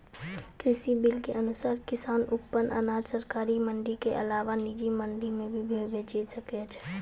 कृषि बिल के अनुसार किसान अप्पन अनाज सरकारी मंडी के अलावा निजी मंडी मे भी बेचि सकै छै